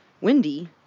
Windy